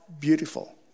beautiful